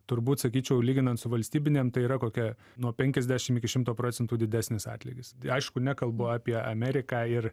turbūt sakyčiau lyginant su valstybinėm tai yra kokia nuo penkiasdešim iki šimto procentų didesnis atlygis aišku nekalbu apie ameriką ir